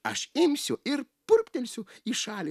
aš imsiu ir purptelsiu į šalį